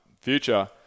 future